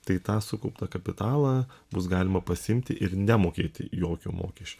tai tą sukauptą kapitalą bus galima pasiimti ir nemokėti jokio mokesčio